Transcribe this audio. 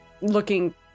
looking